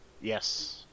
yes